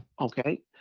Okay